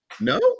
No